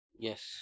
Yes